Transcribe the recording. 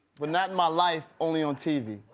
but not in my life, only on t v.